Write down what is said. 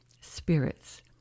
spirits